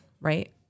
right